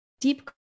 deep